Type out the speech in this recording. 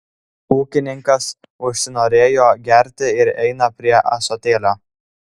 ūkininkas užsinorėjo gerti ir eina prie ąsotėlio